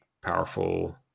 powerful